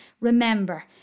Remember